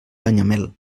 canyamel